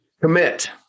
Commit